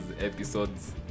episodes